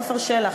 עפר שלח,